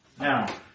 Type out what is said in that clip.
Now